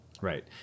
Right